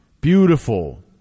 beautiful